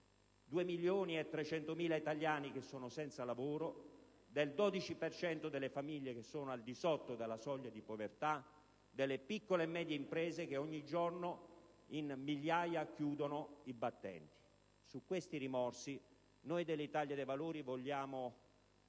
per i 2.300.000 italiani che sono senza lavoro, per il 12 per cento delle famiglie al di sotto della soglia di povertà, per le piccole e medie imprese che ogni giorno, a migliaia, chiudono i battenti. Su questi rimorsi noi dell'Italia dei Valori vogliamo